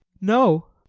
no,